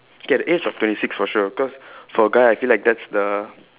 okay at the age of twenty six for sure cause for a guy I feel like that's the